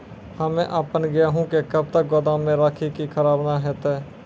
हम्मे आपन गेहूँ के कब तक गोदाम मे राखी कि खराब न हते?